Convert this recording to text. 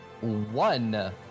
one